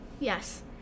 Yes